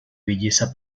belleza